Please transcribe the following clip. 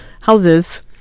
houses